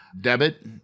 debit